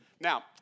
Now